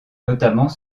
notamment